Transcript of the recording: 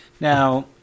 Now